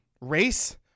race